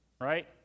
right